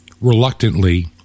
reluctantly